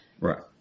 Right